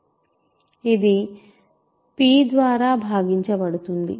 ఇది p ద్వారా భాగించబడుతుంది